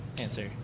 answer